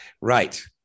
Right